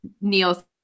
Neil